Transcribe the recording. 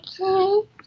Okay